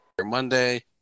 Monday